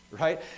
right